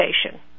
Station